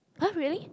!huh! really